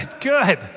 good